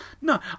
No